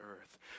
earth